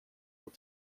will